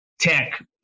tech